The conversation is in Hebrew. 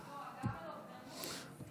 לא רק, לא רק, גם